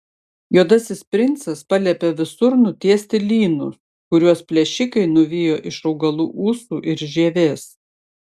juodasis princas paliepė visur nutiesti lynus kuriuos plėšikai nuvijo iš augalų ūsų ir žievės